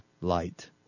light